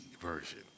version